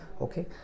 okay